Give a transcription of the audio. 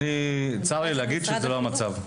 צר לי להגיד שזה לא המצב.